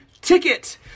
ticket